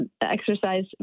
exercise